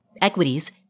equities